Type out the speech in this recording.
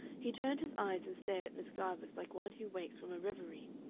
he turned his eyes and stared at miss garvice like one who wakes from a reverie,